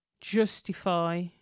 justify